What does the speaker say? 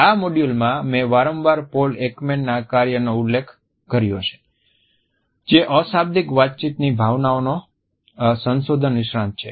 આ મોડ્યૂલમાં મેં વારંવાર પોલ એકમેનના કાર્યોનો ઉલ્લેખ કર્યો છે જે અશાબ્દિક વાતચીતની ભાવનાઓના સંશોધન નિષ્ણાત છે